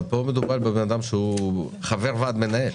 אחמד, פה מדובר בחבר ועד מנהל.